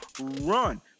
run